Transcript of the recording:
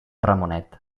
ramonet